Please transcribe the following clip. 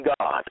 God